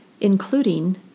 including